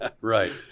Right